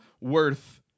worth